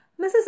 Mrs